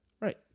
Right